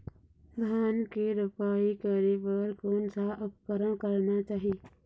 धान के रोपाई करे बर कोन सा उपकरण करना चाही?